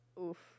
Oof